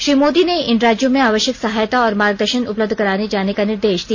श्री मोदी ने इन राज्यों में आवश्यक सहायता और मार्गदर्शन उपलब्ध कराये जाने का निर्देश दिया